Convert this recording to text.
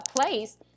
place